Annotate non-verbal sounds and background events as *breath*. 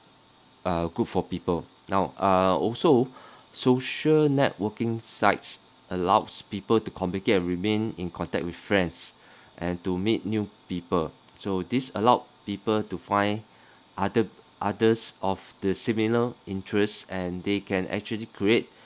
uh good for people now uh also *breath* social networking sites allows people to communicate and remain in contact with friends *breath* and to meet new people so this allowed people to find *breath* other others of the similar interest and they can actually create